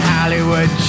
Hollywood